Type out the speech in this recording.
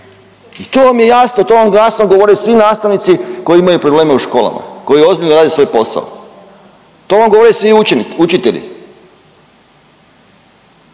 I to vam je jasno, to vam glasno govore svi nastavnici koji imaju probleme u školama, koji ozbiljno rade svoj posao, to vam govore svi učitelji.